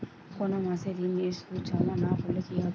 কোনো মাসে ঋণের সুদ জমা না করলে কি হবে?